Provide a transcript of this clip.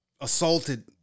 assaulted